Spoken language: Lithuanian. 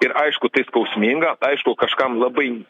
ir aišku tai skausminga aišku kažkam labai